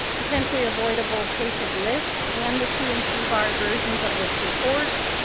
potentially avoidable patient list and the two and three-bar versions of this report.